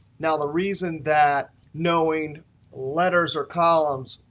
now, the reason that knowing letters are columns,